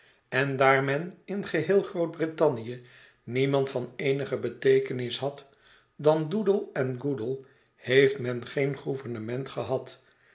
en daar men in geheel grootbrittannië niemand van eenige beteekenis had dan doodle en coodle heeft men geen gouvernement gehad